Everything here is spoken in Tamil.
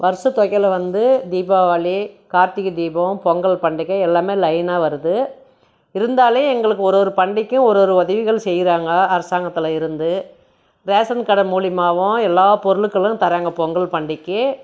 வருஷ துவக்கையில வந்து தீபாவளி கார்த்திகை தீபம் பொங்கல் பண்டிகை எல்லாம் லைனாக வருது இருந்தாலு எங்களுக்கு ஒரு ஒரு பண்டிகைக்கும் ஒரு ஒரு உதவிகள் செய்கிறாங்க அரசாங்கத்தில் இருந்து ரேசன் கடை மூலியமாவும் எல்லா பொருட்களும் தராங்க பொங்கல் பண்டிகைக்கி